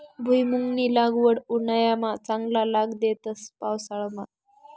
भुईमुंगनी लागवड उंडायामा चांगला लाग देस का पावसाळामा